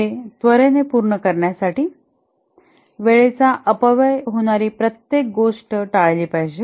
ते त्वरेने पूर्ण करण्यासाठी वेळेचा अपव्यय होणारी प्रत्येक गोष्ट आपण टाळली पाहिजे